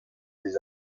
des